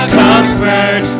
comfort